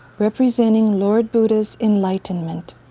representing lord buddha's enlightenment.